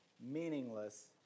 meaningless